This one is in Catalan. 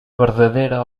verdadera